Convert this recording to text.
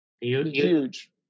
Huge